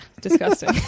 disgusting